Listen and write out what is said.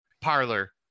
parlor